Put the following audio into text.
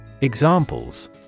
Examples